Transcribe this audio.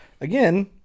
Again